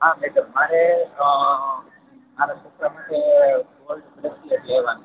હા મેડમ મારે અ મારા છોકરા માટે ટોલ ફેશ્કેટ લેવાની છે